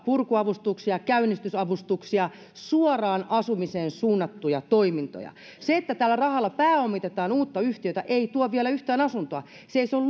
purkuavustuksia käynnistysavustuksia suoraan asumiseen suunnattuja toimintoja se että tällä rahalla pääomitetaan uutta yhtiötä ei tuo vielä yhtään asuntoa se ei ole